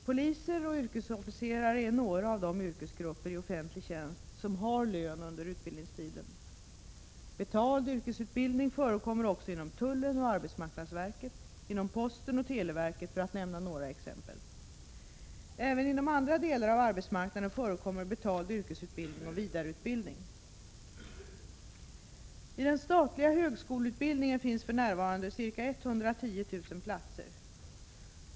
Poliser och yrkesofficerare är några av de yrkesgrupper i offentlig tjänst som har lön under utbildningstiden. Betald yrkesutbildning förekommer också inom tullen och arbetsmarknadsverket samt inom posten och televerket, för att nämna några exempel. Även inom andra delar av arbetsmarknaden förekommer betald yrkesutbildning och vidareutbildning. I den statliga högskoleutbildningen finns för närvarande ca 110 000 platser.